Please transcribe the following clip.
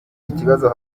ikibazo